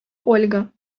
ольга